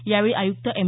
यावेळी आयुक्त एम